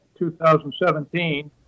2017